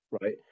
right